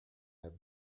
have